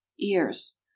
ears